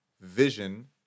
Vision